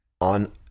on